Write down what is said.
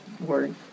word